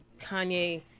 Kanye